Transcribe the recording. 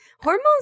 Hormones